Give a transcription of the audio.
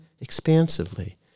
expansively